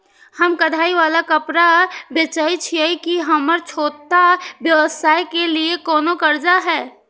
हम कढ़ाई वाला कपड़ा बेचय छिये, की हमर छोटा व्यवसाय के लिये कोनो कर्जा है?